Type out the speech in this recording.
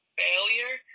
failure